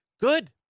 Good